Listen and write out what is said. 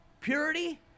purity